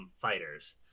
fighters